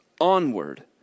Onward